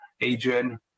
Adrian